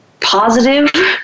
positive